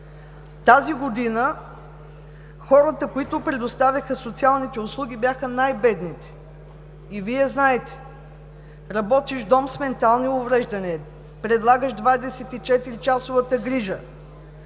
тази година хората, които предоставяха социалните услуги, бяха най-бедните. И Вие знаете, работиш в Дом с ментални увреждания, предлагаш 24-часовата грижа,